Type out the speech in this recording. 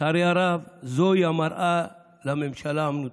לצערי הרב, זוהי המראה לממשלה המנותקת,